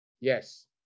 Yes